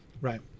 Right